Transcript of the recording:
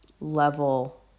level